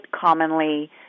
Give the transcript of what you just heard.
commonly